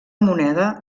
moneda